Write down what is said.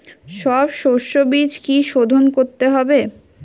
সব শষ্যবীজ কি সোধন করতে হবে?